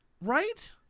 right